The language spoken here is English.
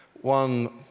one